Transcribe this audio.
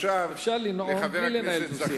אפשר לנאום בלי לנהל דו-שיח.